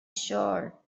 sure